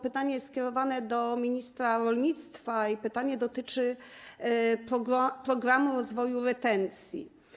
Pytanie jest skierowane do ministra rolnictwa i dotyczy „Programu rozwoju retencji”